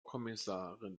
kommissarin